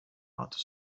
outer